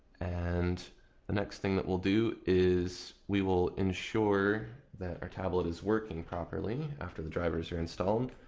and the next thing that we'll do is we will ensure that our tablet is working properly after the drivers are installed.